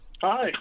Hi